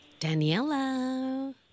Daniela